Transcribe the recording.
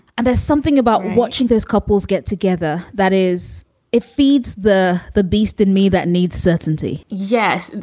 and there's something about watching those couples get together. that is it feeds the the beast in me that needs certainty yes.